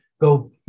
go